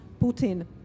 Putin